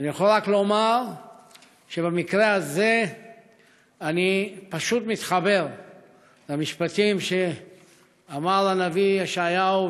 אני יכול רק לומר שבמקרה הזה אני פשוט מתחבר למשפטים שאמר הנביא ישעיהו,